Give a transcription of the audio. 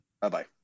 bye-bye